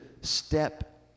step